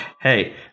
hey